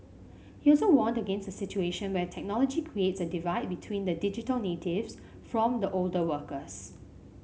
he also warned against a situation where technology creates a divide between the digital natives from the older workers